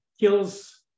kills